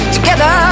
Together